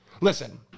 listen